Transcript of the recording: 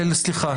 לא,